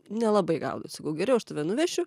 nelabai gal sakau geriau aš tave nuvešiu